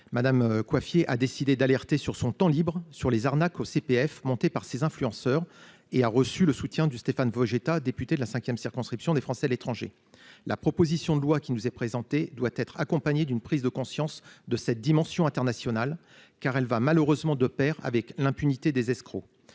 Madame Coiffier a décidé d'alerter sur son temps libre sur les arnaques au CPF monté par ces influenceurs et a reçu le soutien du Stéphane Vojetta, députée de la 5e circonscription des Français de l'étranger. La proposition de loi qui nous est présenté doit être accompagné d'une prise de conscience de cette dimension internationale car elle va malheureusement de Pair avec l'impunité des escrocs